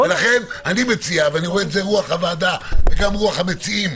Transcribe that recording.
אני רואה שזאת רוח הוועדה וגם רוח המציעים.